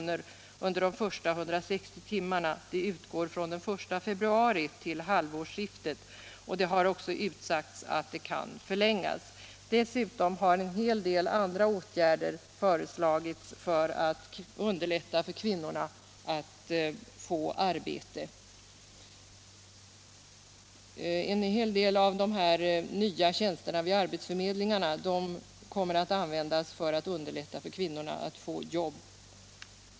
utgår under de första 160 timmarna från den 1 februari till halvårsskiftet. Det har också utsagts att det kan förlängas. Dessutom har åtskilliga åtgärder föreslagits för att underlätta för kvinnorna att få arbete. En hel del av de nya tjänsterna vid arbetsförmedlingarna kommer att användas för att underlätta för kvinnorna att få jobb.